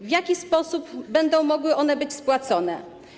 W jaki sposób będą mogły one być spłacone?